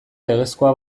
legezkoa